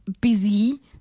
busy